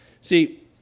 See